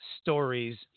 stories